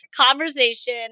conversation